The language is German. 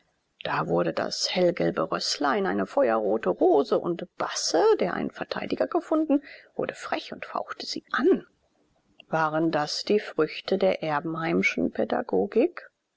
da wurde das hellgelbe röslein eine feuerrote rose und basse der einen verteidiger gefunden wurde frech und fauchte sie an waren das die früchte der